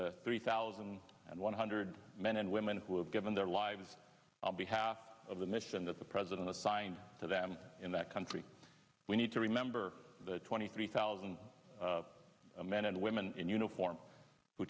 the three thousand and one hundred men and women who have given their lives on behalf of the mission that the president assigned to them in that country we need to remember the twenty three thousand men and women in uniform who